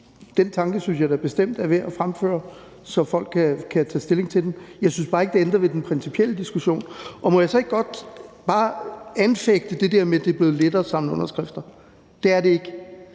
den tanke synes jeg da bestemt er værd at fremføre, så folk kan tage stilling til den. Jeg synes bare ikke, det ændrer ved den principielle diskussion. Og må jeg så ikke godt bare anfægte det der med, at det er blevet lettere at samle underskrifter? Det er det ikke.